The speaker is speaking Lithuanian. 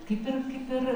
kaip ir kaip ir